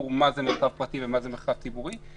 מה זה מרחב פרטי ומה זה מרחב ציבורי,